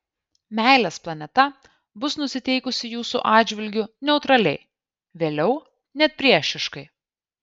meilės planeta bus nusiteikusi jūsų atžvilgiu neutraliai vėliau net priešiškai